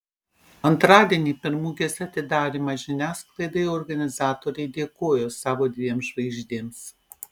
antradienį per mugės atidarymą žiniasklaidai organizatoriai dėkojo savo dviem žvaigždėms